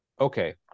Okay